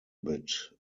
bit